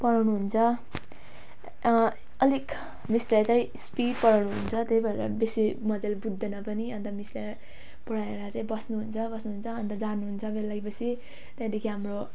पढाउनु हुन्छ अलिक मिसले चाहिँ स्पिड पढाउनु हुन्छ त्यही भएर बेसी मजाले बुझ्दैन पनि अन्त मिसले पढाएर चाहिँ बस्नु हुन्छ बस्नु हुन्छ अन्त जानु हन्छ बेल लागे पछि त्यहाँदेखि हाम्रो